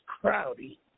Crowdy